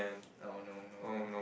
oh no no no